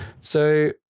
So-